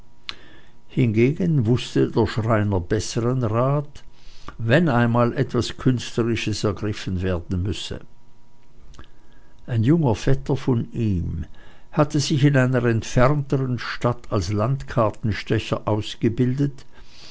hingegen wußte der schreiner bessern rat wenn einmal etwas künstlerisches ergriffen werden müsse ein junger vetter von ihm hatte sich in einer entfernteren stadt als landkartenstecher ausgebildet